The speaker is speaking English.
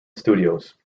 studios